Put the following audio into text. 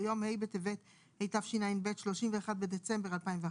ליום ה' בטבת התשע"ב (31 בדצמבר 2011)